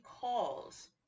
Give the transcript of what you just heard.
calls